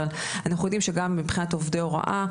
אבל אנחנו יודעים שמבחינת עובדי הוראה,